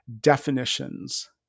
Definitions